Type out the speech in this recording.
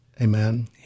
Amen